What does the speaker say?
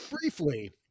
briefly